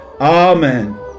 Amen